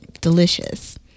Delicious